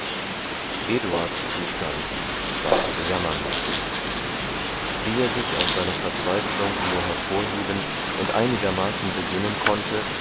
eduards zustand war zu bejammern wie er sich aus seiner verzweiflung nur hervorheben und einigermaßen besinnen konnte